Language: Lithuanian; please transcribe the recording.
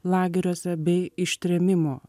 lageriuose bei ištrėmimo